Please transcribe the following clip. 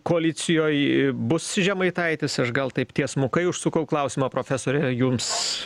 koalicijoj bus žemaitaitis aš gal taip tiesmukai užsukau klausimą profesore jums